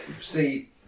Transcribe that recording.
see